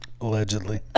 Allegedly